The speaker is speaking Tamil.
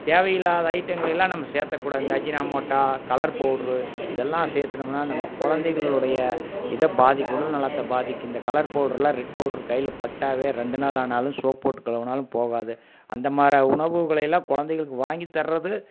தேவை இல்லாத ஐட்டங்களை எல்லாம் நம்ம சேர்த்தக்கூடாது இந்த அஜினாமோட்டா கலர் பௌட்ர் இதெல்லாம் சேர்த்தணுமுன்னா நம்ம குழந்தைகளுடைய இதை பாதிக்கும் உடல்நலத்தை பாதிக்கும் இந்த கலர் பௌடருலாம் ரெட் பௌட்ர் கையில் பட்டாவே ரெண்டு நாள் ஆனாலும் சோப்பு போட்டு கழுவினாலும் போகாது அந்த மாரி உணவுகளை எல்லாம் குழந்தைகளுக்கு வாங்கி தர்றது